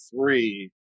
three